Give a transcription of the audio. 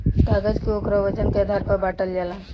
कागज के ओकरा वजन के आधार पर बाटल जाला